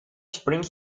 springs